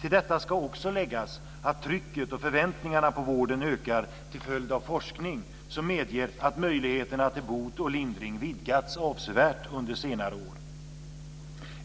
Till detta ska också läggas att trycket och förväntningarna på vården ökar till följd av forskning som medger att möjligheterna till bot och lindring vidgats avsevärt under senare år.